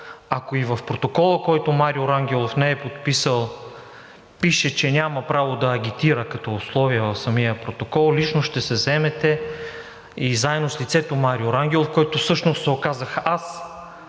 ако и в протокола, който Марио Рангелов не е подписал, пише, че няма право да агитира като условие в самия протокол, лично ще се заемете и заедно с лицето Марио Рангелов, който всъщност се оказах аз,